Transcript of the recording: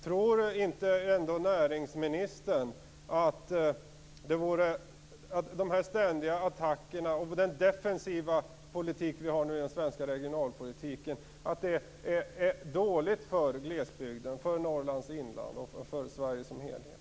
Tror inte ändå näringsministern att de ständiga attackerna och den defensiva svenska regionalpolitiken är dåligt för glesbygden, för Norrlands inland och för Sverige som helhet?